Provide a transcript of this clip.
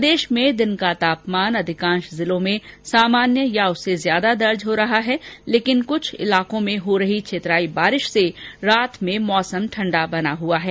प्रदेश में दिन का तापमान अधिकांश जिलों में सामान्य या उससे ज्यादा दर्ज हो रहा है लेकिन क्छ इलाकों में हो रही छितराई बारिश से रात में मौसम ठंडा हुआ है